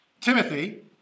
Timothy